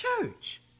church